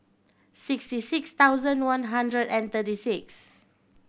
sixty six thousand one hundred and thirty six